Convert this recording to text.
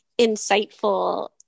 insightful